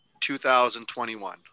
2021